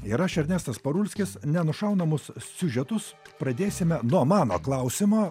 ir aš ernestas parulskis nenušaunamus siužetus pradėsime nuo mano klausimo